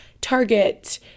target